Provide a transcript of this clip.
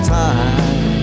time